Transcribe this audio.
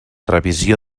revisió